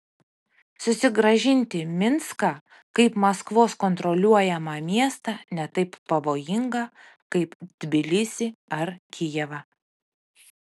susigrąžinti minską kaip maskvos kontroliuojamą miestą ne taip pavojinga kaip tbilisį ar kijevą